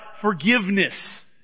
forgiveness